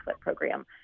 program